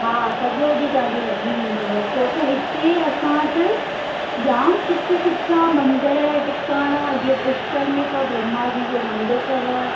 हा सॼो ॾींहुं तव्हांजो लॻी वेंदव छो त हिते असां वटि जाम सुठियूं सुठा मंदिर टिकाणा जीअं पुष्कर में अथव ब्रह्मा जी जो मंदिर अथव